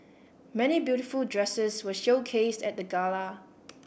many beautiful dresses were showcased at the gala